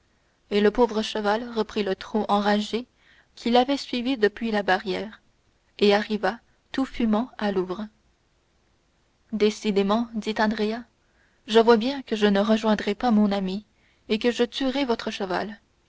et le pauvre cheval reprit le trot enragé qu'il avait suivi depuis la barrière et arriva tout fumant à louvres décidément dit andrea je vois bien que je ne rejoindrai pas mon ami et que je tuerai votre cheval